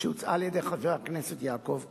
שהוצעה על-ידי חבר הכנסת יעקב כץ.